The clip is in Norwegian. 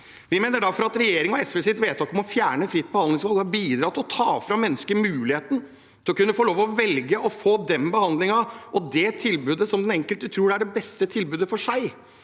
Vi mener derfor at regjeringen og SVs vedtak om å fjerne fritt behandlingsvalg har bidratt til å ta fra mennesker muligheten til å kunne få velge å få den behandlingen og det tilbudet som den enkelte tror er det beste for seg.